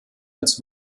als